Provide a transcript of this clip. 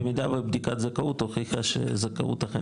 במידה ובדיקת הזכאות הוכיחה שזכאות אכן